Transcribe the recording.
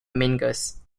mingus